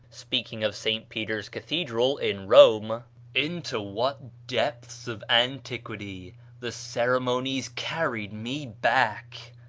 speaking of st. peter's cathedral, in rome into what depths of antiquity the ceremonies carried me back!